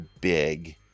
big